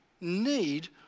need